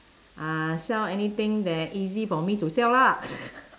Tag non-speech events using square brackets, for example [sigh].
ah sell anything that easy for me to sell lah [laughs]